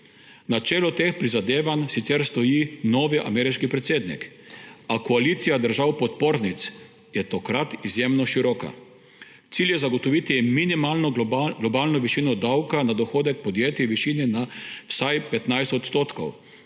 Na čelu teh prizadevanj sicer stoji novi ameriški predsednik, a koalicija držav podpornic je tokrat izjemno široka. Cilj je zagotoviti minimalno globalno višino davka na dohodek podjetij v višini vsaj 15 %